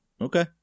Okay